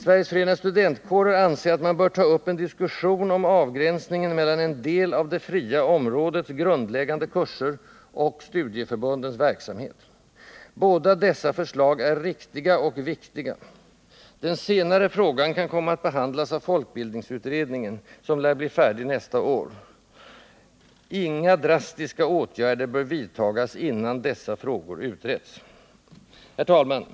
Sveriges förenade studentkårer anser att man bör ta upp en diskussion om avgränsningen mellan en del av det fria områdets grundläggande kurser och studieförbundens verksamhet. Båda dessa förslag är riktiga och viktiga. Den senare frågan kan komma att behandlas av folkbildningsutredningen, som lär bli färdig nästa år. Inga drastiska åtgärder bör vidtas innan dessa frågor har utretts. Herr talman!